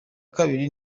kabiri